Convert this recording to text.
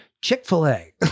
chick-fil-a